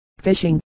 fishing